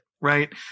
right